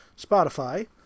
Spotify